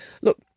Look